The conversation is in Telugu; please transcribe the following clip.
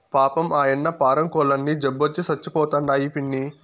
పాపం, ఆయన్న పారం కోల్లన్నీ జబ్బొచ్చి సచ్చిపోతండాయి పిన్నీ